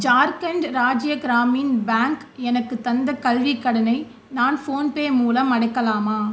Jharkhand Rajya Gramin bank எனக்குத் தந்த கல்விக் கடனை நான் ஃபோன்பே மூலம் அடைக்கலாமா